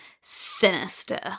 sinister